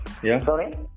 Sorry